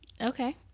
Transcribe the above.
okay